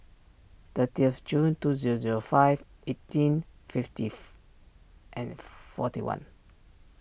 thirtieth of June two zero zero five eighteen fifteenth and forty one